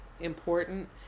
important